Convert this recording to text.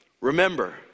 Remember